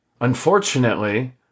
Unfortunately